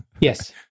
Yes